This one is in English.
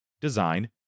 design